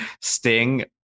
Sting